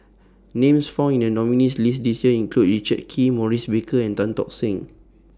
Names found in The nominees' list This Year include Richard Kee Maurice Baker and Tan Tock Seng